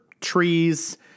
trees